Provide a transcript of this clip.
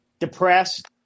Depressed